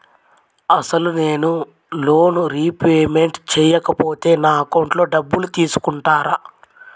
అసలు నేనూ loan repayment చేయకపోతే నా అకౌంట్లో డబ్బులు తీసుకుంటారా?